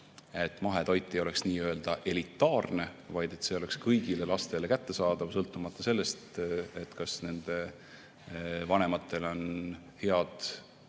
et mahetoit ei oleks nii‑öelda elitaarne, vaid oleks kõigile lastele kättesaadav, sõltumata sellest, kas nende vanematel on head,